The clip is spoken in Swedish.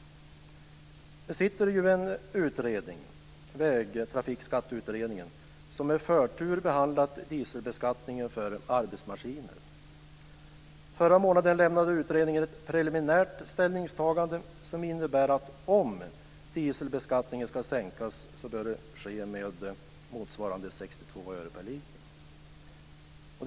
Det sitter ju en utredning, Vägtrafikskatteutredningen, som med förtur behandlat dieselbeskattningen för arbetsmaskiner. Förra månaden lämnade utredningen ett preliminärt ställningstagande som innebär att om dieselbeskattningen ska sänkas bör det ske med motsvarande 62 öre per liter.